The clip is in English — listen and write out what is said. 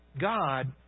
God